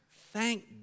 thank